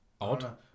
Odd